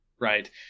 right